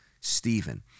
Stephen